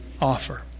offer